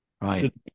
Right